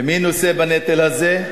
מי נושא בנטל הזה?